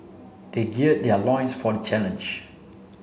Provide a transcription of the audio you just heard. they geared their loins for the challenge